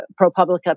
ProPublica